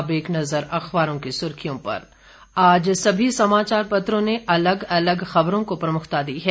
अब एक नजर अखबारों की सुर्खियों पर आज सभी समाचार पत्रों ने अलग अलग खबरों को प्रमुखता दी है